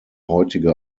heutige